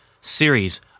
series